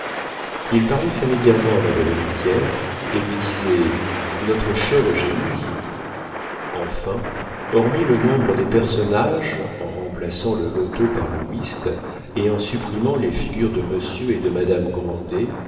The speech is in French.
il parlait familièrement à la belle héritière et lui disait notre chère eugénie enfin hormis le nombre des personnages en remplaçant le loto par le whist et en supprimant les figures de monsieur et de madame grandet